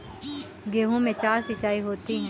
गेहूं में चार सिचाई होती हैं